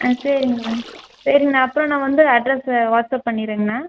ஆ சரிங்கண்ண சரிங்ண்ணா அப்புறம் நான் வந்து அட்ரஸை வாட்ஸ்அப் பண்ணிடுறேங்ண்ணா